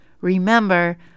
Remember